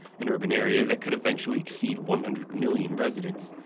an urban area that could eventually exceed one hundred million residents.